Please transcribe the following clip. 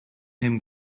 him